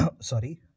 Sorry